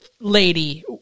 lady